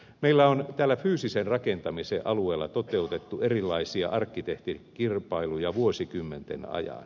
meillä on fyysisen rakentamisen alueella toteutettu erilaisia arkkitehtikilpailuja vuosikymmenten ajan